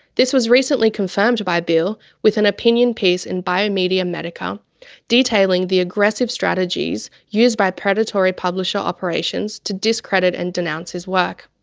this was recently confirmed by beall with an opinion piece in biomedia medica detailing the aggressive strategies used by predatory publisher operations to discredit and denounce his work.